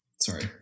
sorry